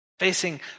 Facing